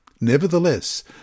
Nevertheless